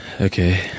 Okay